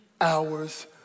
hours